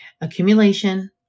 Accumulation